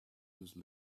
whose